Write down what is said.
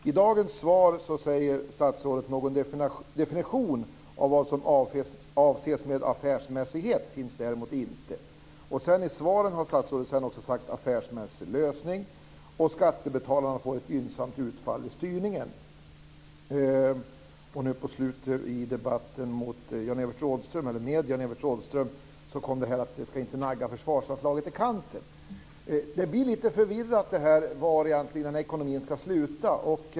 I dagens inledning säger försvarsministern att det däremot inte finns någon definition av vad som avses med affärsmässighet. Sedan talar han också om affärsmässig lösning och att skattebetalarna ska få ett gynnsamt utfall i styrningen. I debatten med Jan-Evert Rådhström sade han att detta inte ska nagga försvarsanslaget i kanten. Det blir lite förvirrat detta med var ekonomin egentligen ska sluta.